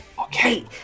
Okay